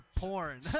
porn